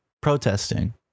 protesting